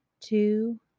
two